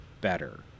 better